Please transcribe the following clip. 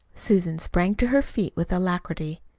susan sprang to her feet with alacrity.